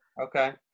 Okay